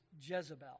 Jezebel